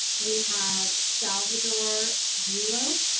we have salvatore grillo.